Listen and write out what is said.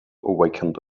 awakened